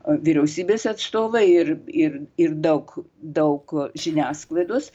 vyriausybės atstovai ir ir ir daug daug žiniasklaidos